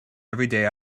everyday